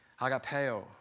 agapeo